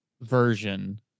version